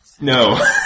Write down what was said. No